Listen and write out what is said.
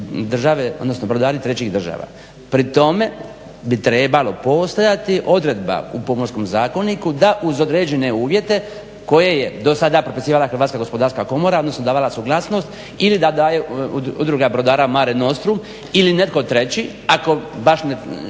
odnosno brodari trećih država. Pri tome bi trebalo postojati odredba u Pomorskom zakoniku da uz određene uvjete koje je do sada propisivala Hrvatska gospodarska komora, odnosno davala suglasnost ili da daje Udruga brodara Mare nostrum ili netko treći ako baš vam